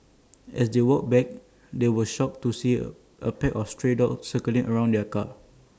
as they walked back they were shocked to see A pack of stray dogs circling around the car